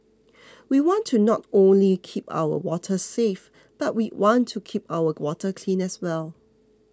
we want to not only keep our waters safe but we want to keep our water clean as well